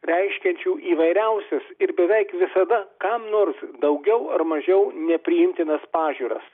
reiškiančių įvairiausias ir beveik visada kam nors daugiau ar mažiau nepriimtinas pažiūras